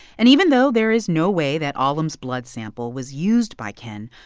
and even though there is no way that alim's blood sample was used by ken,